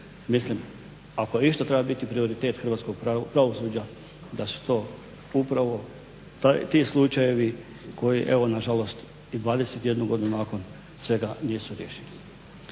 Mislim, ako išta treba biti prioritet hrvatskog pravosuđa da su to upravo ti slučajevi koji evo na žalost i 21 godinu nakon svega nisu riješeni.